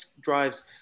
drives